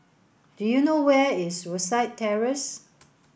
do you know where is Rosyth Terrace